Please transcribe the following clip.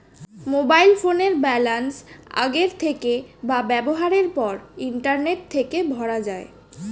mobile ফোনের balance আগের থেকে বা ব্যবহারের পর ইন্টারনেট থেকে ভরা যায়